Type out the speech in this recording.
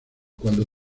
cuando